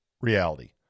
Reality